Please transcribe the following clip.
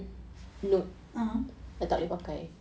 a'ah